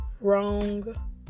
Wrong